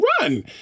run